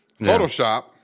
Photoshop